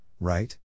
right